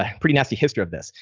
ah pretty nasty history of this.